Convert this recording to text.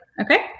okay